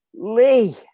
Lee